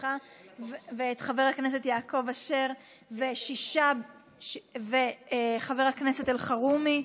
את חבר הכנסת יעקב אשר ואת חבר הכנסת אלחרומי.